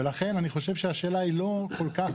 ולכן אני חושב שהשאלה היא לא כל כך